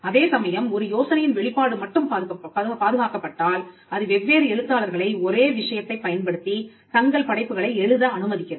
அதே சமயம் ஒரு யோசனையின் வெளிப்பாடு மட்டும் பாதுகாக்கப்பட்டால் அது வெவ்வேறு எழுத்தாளர்களை ஒரே விஷயத்தைப் பயன்படுத்தித் தங்கள் படைப்புகளை எழுத அனுமதிக்கிறது